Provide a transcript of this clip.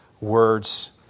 words